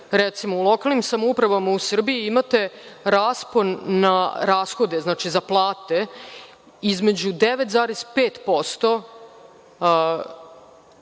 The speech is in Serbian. recimo u lokalnim samoupravama u Srbiji imate raspon na rashode za plate između 9,5%,